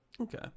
Okay